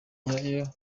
nyirayo